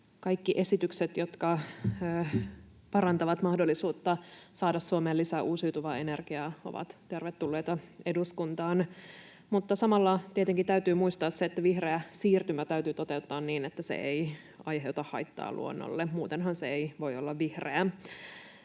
Kaikki esitykset, jotka parantavat mahdollisuutta saada Suomeen lisää uusiutuvaa energiaa, ovat tervetulleita eduskuntaan, mutta samalla tietenkin täytyy muistaa se, että vihreä siirtymä täytyy toteuttaa niin, että se ei aiheuta haittaa luonnolle — muutenhan se ei voi olla vihreä.